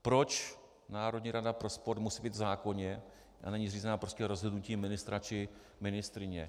Proč Národní rada pro sport musí být v zákoně a není zřízena rozhodnutím ministra či ministryně?